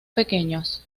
pequeños